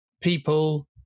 people